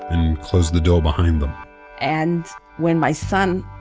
and closed the door behind them and when my son,